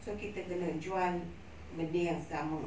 so kita kena jual benda yang sama